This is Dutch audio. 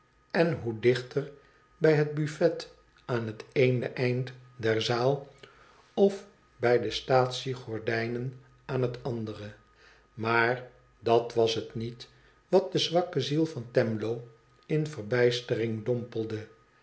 en hoe dichterbij het buffet aai het eene eind der zaal of bij de staatsiegordijnen aan het andere maar dat was het niet wat de zwakke ziel van twemlow in verbijstering dompelde